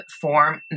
form